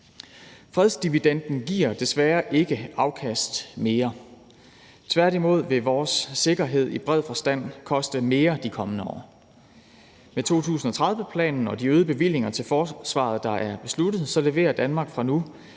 Fredsdividenden giver desværre ikke afkast mere. Tværtimod vil vores sikkerhed i bred forstand koste mere de kommende år. Med 2030-planen og de øgede bevillinger til forsvaret, der er besluttet, leverer Danmark fra nu